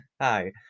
Hi